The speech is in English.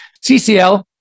CCL